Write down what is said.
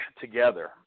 together